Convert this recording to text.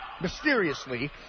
mysteriously